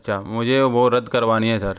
अच्छा मुझे वो रद्द करवानी है सर